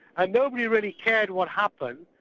and nobody really cared what happened,